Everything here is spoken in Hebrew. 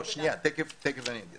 תיכף אני אגיד.